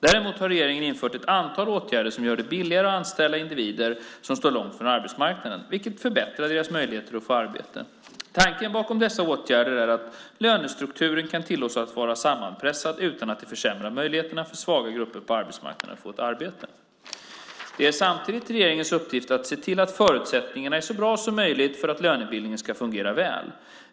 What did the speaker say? Däremot har regeringen infört ett antal åtgärder som gör det billigare att anställa individer som står långt från arbetsmarknaden, vilket förbättrar deras möjligheter att få ett arbete. Tanken bakom dessa åtgärder är att lönestrukturen kan tillåtas vara sammanpressad utan att det försämrar möjligheterna för svaga grupper på arbetsmarknaden att få ett arbete. Det är samtidigt regeringens uppgift att se till att förutsättningarna är så bra som möjligt för att lönebildningen ska fungera väl.